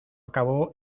acabó